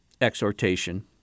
exhortation